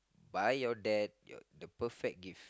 buy your dad your the perfect gift